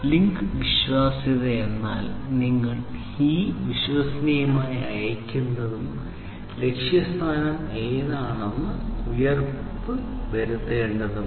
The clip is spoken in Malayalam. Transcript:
ലിങ്ക് വിശ്വാസ്യത എന്നാൽ നിങ്ങൾ വിശ്വസനീയമായി അയയ്ക്കുന്നതും ലക്ഷ്യസ്ഥാനം ഏതാണെന്ന് ഉറപ്പുവരുത്തേണ്ടതുമാണ്